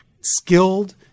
skilled